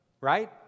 Right